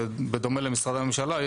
בדומה למשרדי ממשלה,